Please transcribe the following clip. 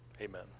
Amen